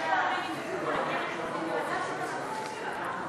חוק הבטחת הכנסה (תיקון מס' 46),